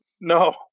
no